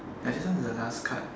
ya this one is the last card